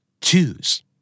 Choose